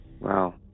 Wow